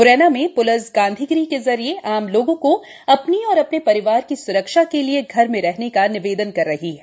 म्रैना में प्लिस गांधीगिरी के जरिये आम लोगों को अपनी और अपने परिवार की स्रक्षा के लिये घर में रहने का निवेदन कर रही है